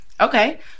Okay